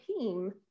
team